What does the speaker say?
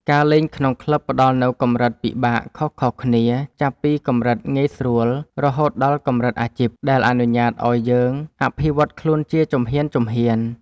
ការលេងក្នុងក្លឹបផ្ដល់នូវកម្រិតពិបាកខុសៗគ្នា ចាប់ពីកម្រិតងាយស្រួលរហូតដល់កម្រិតអាជីព ដែលអនុញ្ញាតឱ្យយើងអភិវឌ្ឍខ្លួនជាជំហានៗ។